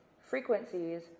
frequencies